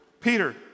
Peter